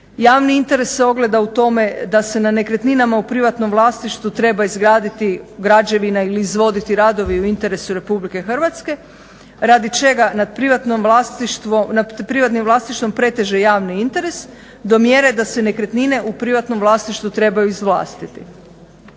Javni interes se ogleda u tome da se na nekretninama u privatnom vlasništvu treba izgraditi građevina ili izvoditi radovi u interesu RH radi čega nad privatnim vlasništvom preteže javni interes do mjere da se nekretnine u privatnom vlasništvu trebaju izvlastiti.